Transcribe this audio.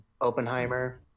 Oppenheimer